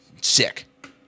Sick